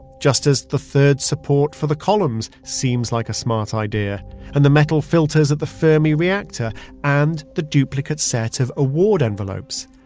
just as the third support for the columns seems like a smart idea and the metal filters at the fermi reactor and the duplicate set of award envelopes,